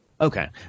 Okay